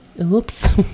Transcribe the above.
oops